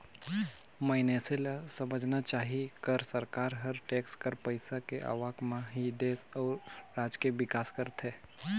मइनसे ल समझना चाही कर सरकार हर टेक्स कर पइसा के आवक म ही देस अउ राज के बिकास करथे